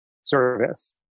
service